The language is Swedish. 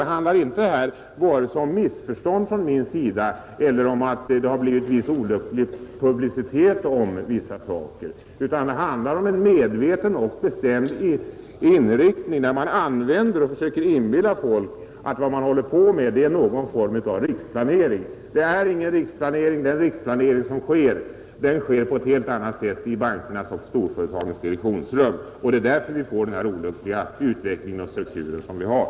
Det handlar inte om vare sig missförstånd från min sida eller olycklig publicitet om vissa saker — det handlar om en medveten och bestämd inriktning. Man försöker inbilla folk att man håller på med någon form av riksplanering. Det gör man inte; den riksplanering som görs sker på ett helt annat sätt — i bankernas och storföretagens direktionsrum. Det är därför vi får den olyckliga utveckling av strukturen som vi har.